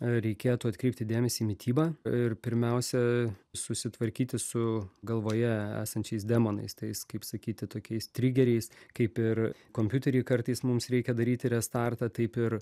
reikėtų atkreipti dėmesį į mitybą ir pirmiausia susitvarkyti su galvoje esančiais demonais tais kaip sakyti tokiais trigeriais kaip ir kompiutery kartais mums reikia daryti restartą taip ir